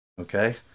Okay